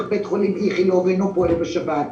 בית החולים איכילוב ואינו פועל בשבת,